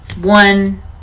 one